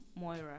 moira